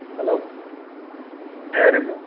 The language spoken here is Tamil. ஹலோ சரி மேம்